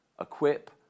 Equip